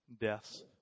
deaths